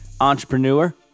entrepreneur